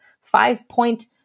five-point